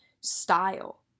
style